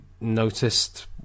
noticed